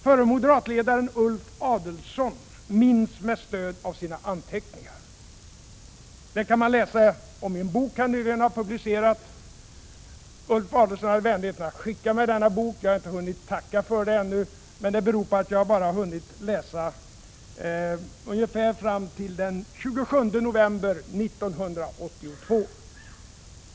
Förre moderatledaren Ulf Adelsohn minns med stöd av sina anteckningar. Det kan man läsa om i en bok han nyligen har publicerat. Ulf Adelsohn hade vänligheten att skicka mig denna bok. Jag har inte hunnit tacka för den ännu, men det beror på att jag bara har hunnit läsa ungefär fram till den 27 november 1982.